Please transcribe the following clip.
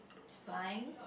it's flying